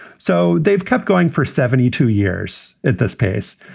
so they've kept going for seventy two years at this pace.